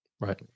right